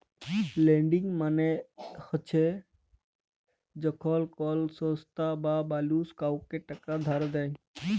lending মালে চ্ছ যখল কল সংস্থা বা মালুস কাওকে টাকা ধার দেয়